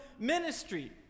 ministry